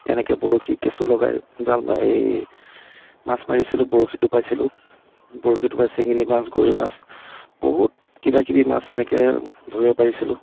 এনেকে বৰশীত কেঁচু লগাই জাল মাৰি মাছ মাৰিছিলোঁ বৰশী টোপাইছিলোঁ বৰশী টোপাই ছেঙেলী মাছ গৰৈ মাছ বহুত কিবা কিবি মাছ এনেকে ধৰিব পাৰিছিলোঁ